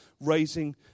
raising